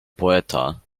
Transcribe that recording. poeta